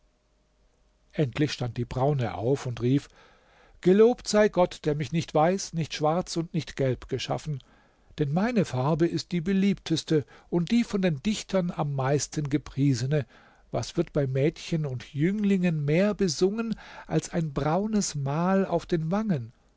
endlich stand die braune auf und rief gelobt sei gott der mich nicht weiß nicht schwarz und nicht gelb geschaffen denn meine farbe ist die beliebteste und die von dichtern am meisten gepriesene was wird bei mädchen und jünglingen mehr besungen als ein braunes mal auf den wangen